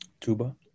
Tuba